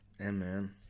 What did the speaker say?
Amen